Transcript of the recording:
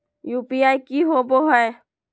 UPI की होवे हय?